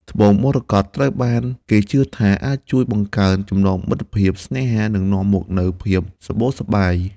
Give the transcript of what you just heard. ត្បូងមរកតត្រូវបានគេជឿថាអាចជួយបង្កើនចំណងមិត្តភាព ស្នេហា និងនាំមកនូវភាពសម្បូរសប្បាយ។